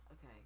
okay